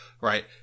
right